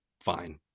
fine